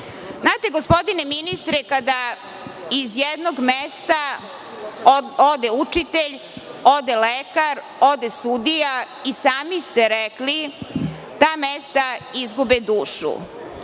građanima. Gospodine ministre, kada iz jednog mesta ode učitelj, ode lekar, ode sudija, i sami ste rekli, ta mesta izgube dušu.